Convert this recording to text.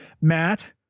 Matt